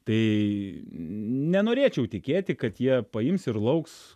tai nenorėčiau tikėti kad jie paims ir lauks